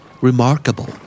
Remarkable